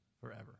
forever